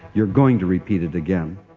you're going to repeat it again.